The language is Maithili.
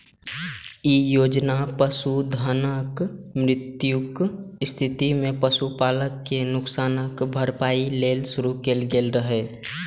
ई योजना पशुधनक मृत्युक स्थिति मे पशुपालक कें नुकसानक भरपाइ लेल शुरू कैल गेल रहै